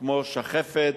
כמו שחפת,